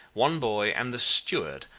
one boy, and the steward,